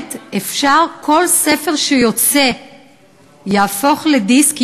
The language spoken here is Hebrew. באמת אפשר שכל ספר שיוצא יהפוך לדיסק.